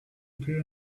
peer